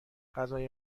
غذای